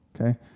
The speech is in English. Okay